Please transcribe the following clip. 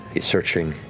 he's searching